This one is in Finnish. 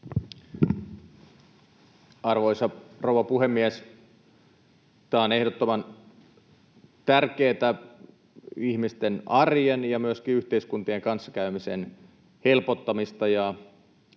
Arvoisa rouva puhemies! Tämä on ehdottoman tärkeätä ihmisten arjen ja myöskin yhteiskuntien kanssakäymisen helpottamista.